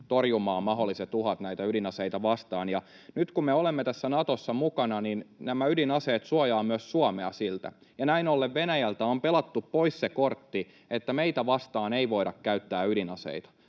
mahdolliset uhat näitä ydinaseita vastaan. Ja nyt kun me olemme tässä Natossa mukana, niin nämä ydinaseet suojaavat myös Suomea siltä, ja näin ollen Venäjältä on pelattu pois se kortti, koska meitä vastaan ei voida käyttää ydinaseita.